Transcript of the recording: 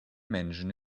mansion